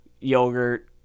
yogurt